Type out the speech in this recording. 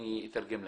אני אתרגם להם.